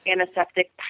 antiseptic